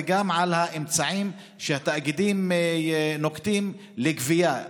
וגם האמצעים שהתאגידים נוקטים לגבייה,